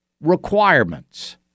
requirements